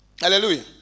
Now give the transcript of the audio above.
Hallelujah